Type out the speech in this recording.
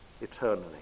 eternally